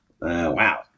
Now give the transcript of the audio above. wow